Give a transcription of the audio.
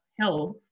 health